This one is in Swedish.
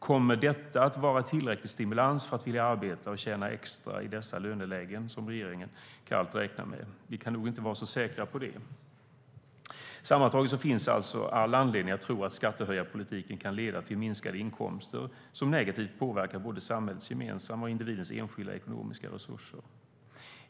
Kommer detta att vara tillräcklig stimulans för att vilja arbeta och tjäna extra i dessa lönelägen, som regeringen kallt räknar med? Vi kan nog inte vara så säkra på det. Sammantaget finns all anledning att tro att skattehöjarpolitiken kan leda till minskade inkomster som negativt påverkar både samhällets gemensamma och individens enskilda ekonomiska resurser.